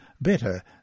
better